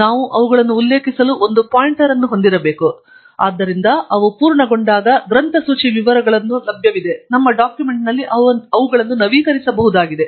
ನಾವು ಅವುಗಳನ್ನು ಉಲ್ಲೇಖಿಸಲು ಒಂದು ಪಾಯಿಂಟರ್ ಅನ್ನು ಹೊಂದಿರಬೇಕು ಆದ್ದರಿಂದ ಅವು ಪೂರ್ಣಗೊಂಡಾಗ ಗ್ರಂಥಸೂಚಿ ವಿವರಗಳನ್ನು ಲಭ್ಯವಿದೆ ನಮ್ಮ ಡಾಕ್ಯುಮೆಂಟ್ನಲ್ಲಿ ನಾವು ಅವುಗಳನ್ನು ನವೀಕರಿಸಬಹುದಾಗಿದೆ